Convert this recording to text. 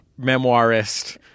memoirist